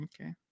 Okay